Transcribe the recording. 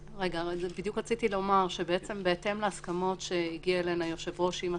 בדיוק רציתי לומר שבהתאם להסכמות שהגיע אליהן היושב-ראש עם השרים,